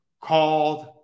called